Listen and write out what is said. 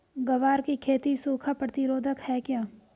ग्वार की खेती सूखा प्रतीरोधक है क्या?